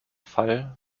fall